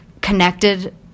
connected